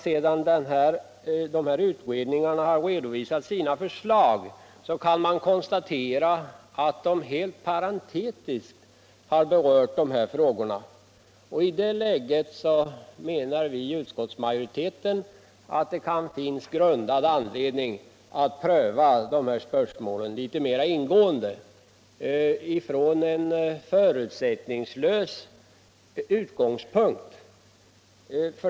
Sedan nu utredningarna har redovisat sina förslag kan man konstatera att de endast helt parentetiskt har berört frågan. I det läget menar vi i utskottsmajoriteten att det kan finnas grundad anledning att pröva den litet mera ingående från en förutsättningslös utgångspunkt.